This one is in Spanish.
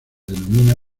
denomina